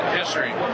history